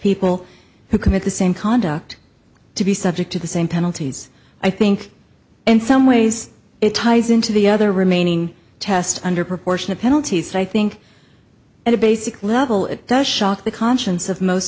people who commit the same conduct to be subject to the same penalties i think in some ways it ties into the other remaining test under proportion of penalties so i think at a basic level it does shock the conscience of most